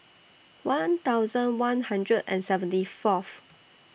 one thousand one hundred and seventy Fourth